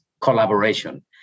collaboration